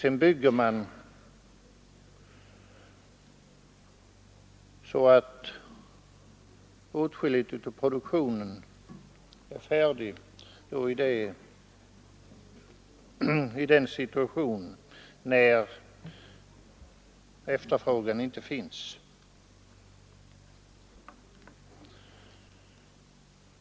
Sedan byggde man så att åtskilligt av produktionen var färdigt i en situation då efterfrågan inte längre fanns.